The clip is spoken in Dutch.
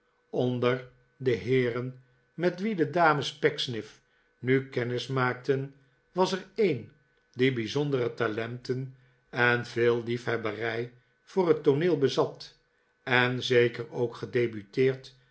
onder de heeren met wie de dames pecksniff nu kennis maakten was er een die bijzondere talenten en veel liefhebberij voor het tooneel bezat en zeker ook gedebuteerd